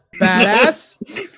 Badass